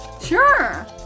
Sure